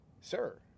sir